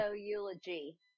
eulogy